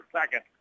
second